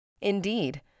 Indeed